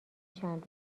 چند